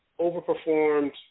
overperformed